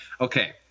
okay